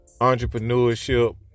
Entrepreneurship